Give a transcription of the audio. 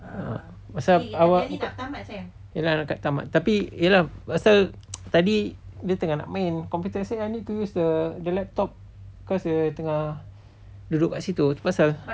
pasal our iya lah nak dekat tamat tapi iya lah pasal tadi dia tengah nak main computer say I need to use the laptop cause dia tengah duduk kat situ tu pasal